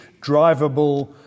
drivable